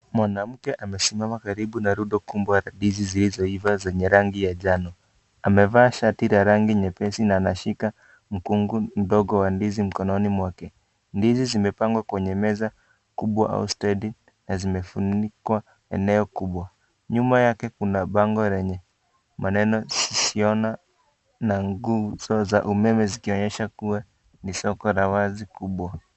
Mwanamke amesimama karibu na rundo kubwa la ndizi zilizoiva zenye rangi ya njano, amevaa shati la rangi nyepesi na anashika mkungu mdogo wa ndizi mkononi mwake, ndizi zimepangwa kwenye meza kubwa au stendi na zimefunikwa eneo kubwa, nyuma yake kuna bango lenye maneno sisiona na nguzo za umeme zikionesha kuwa ni soko la wazi kubwa.